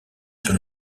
sur